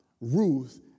Ruth